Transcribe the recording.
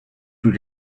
plus